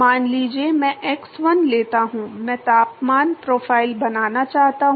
मान लीजिए मैं x 1 लेता हूं मैं तापमान प्रोफ़ाइल बनाना चाहता हूं